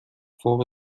فوق